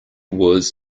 was